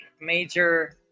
major